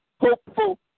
hopeful